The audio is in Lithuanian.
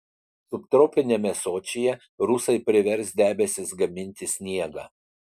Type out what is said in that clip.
subtropiniame sočyje rusai privers debesis gaminti sniegą